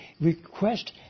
request